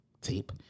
tape